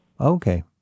Okay